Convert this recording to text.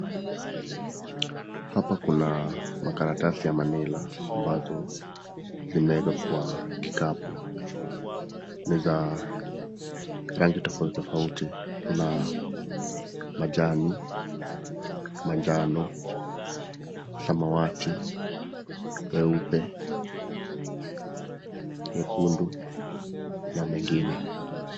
Hapa kuna makaratasi ya [manila] ambayo imewekwa kwa kikapu, ni za rangi tofauti tofauti, kuna majani, manjano, samawati, meupe, mekundu na mengine.